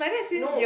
no